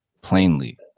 plainly